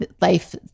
life